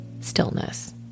stillness